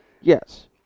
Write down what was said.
Yes